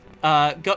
Go